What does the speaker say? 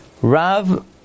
Rav